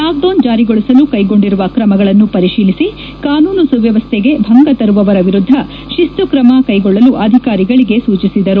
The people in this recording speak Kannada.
ಲಾಕ್ಡೌನ್ ಜಾರಿಗೊಳಿಸಲು ಕೈಗೊಂಡಿರುವ ಕ್ರಮಗಳನ್ನು ಪರಿತೀಲಿಸಿ ಕಾನೂನು ಸುವ್ವವಸ್ಥೆಗೆ ಭಂಗ ತರುವವರ ವಿರುದ್ದ ತಿಸ್ತು ಕ್ರಮ ಕೈಗೊಳ್ಳಲು ಅಧಿಕಾರಿಗಳಿಗೆ ಸೂಚಿಸಿದರು